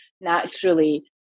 naturally